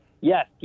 Yes